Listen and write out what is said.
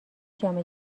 جام